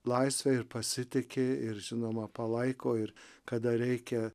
laisvę ir pasitiki ir žinoma palaiko ir kada reikia